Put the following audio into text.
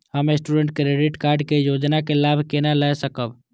हम student credit card के योजना के लाभ केना लय सकब?